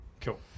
Cool